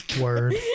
Word